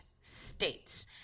states